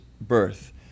birth